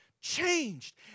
changed